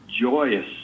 joyous